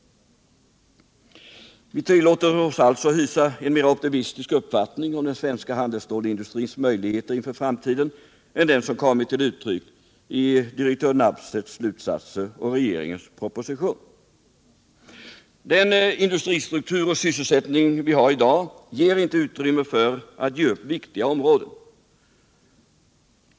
Vi tillåter oss alltså hysa en mera optimistisk uppfattning om den svenska handelsstålsindustrins möjligheter inför framtiden än den som kommit till uttryck i direktör Nabseths slutsatser och regeringens proposition. Den industristruktur och sysselsättning som vi har i dag lämnar inte något utrymme för att ge upp viktiga områden.